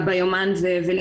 אנחנו נבחן את זה.